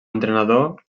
entrenador